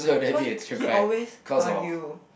cause he always argue